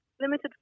limited